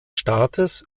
staates